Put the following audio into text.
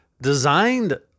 designed